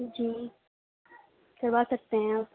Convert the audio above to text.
جی کروا سکتے ہیں آپ